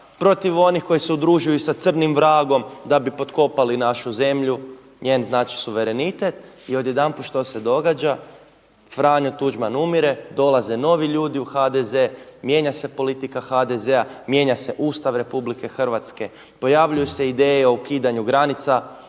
protiv onih koji se udružuju sa crnim vragom da bi potkopali njenu zemlju, njen znači suverenitet. I odjedanput znači što se događa? Franjo Tuđman umire, dolaze novi ljudi u HDZ, mijenja se politika HDZ-a, mijenja se Ustav RH, pojavljuju se ideje o ukidanju granica